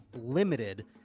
limited